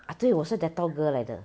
ah 对我是 Dettol girl 来的